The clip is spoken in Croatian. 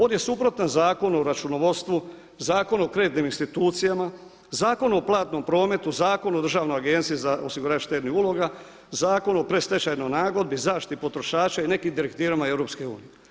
On je suprotan Zakonu o računovodstvu, Zakonu o kreditnim institucijama, Zakonu o platnom prometu, Zakonu o državnoj agenciji za osiguranje štednih uloga, Zakon o predstečajnoj nagodbi i zaštiti potrošača i nekim direktivama EU.